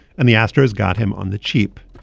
and the astros got him on the cheap.